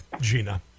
Gina